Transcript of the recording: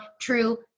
true